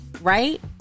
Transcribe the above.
right